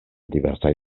diversaj